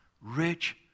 rich